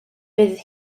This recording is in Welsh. bydd